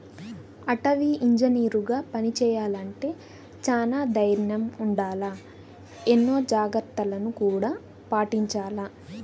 అటవీ ఇంజనీరుగా పని చెయ్యాలంటే చానా దైర్నం ఉండాల, ఎన్నో జాగర్తలను గూడా పాటించాల